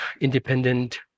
independent